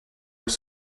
aux